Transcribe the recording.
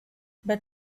but